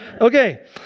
Okay